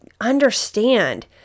understand